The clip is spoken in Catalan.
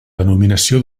denominació